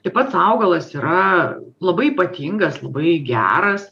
tai pats augalas yra labai ypatingas labai geras